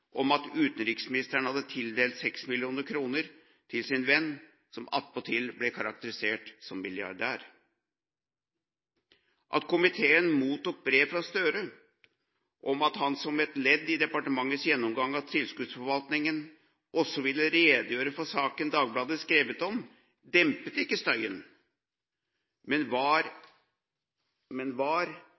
om at utenriksministeren hadde tildelt 6 mill. kr til sin venn, som attpåtil ble karakterisert som milliardær. At komiteen mottok brev fra Gahr Støre om at han som et ledd i departementets gjennomgang av tilskuddsforvaltningen også ville redegjøre for saken Dagbladet hadde skrevet om, dempet ikke støyen, men var